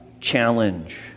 challenge